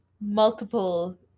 multiple